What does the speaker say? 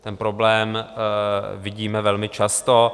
Ten problém vidíme velmi často.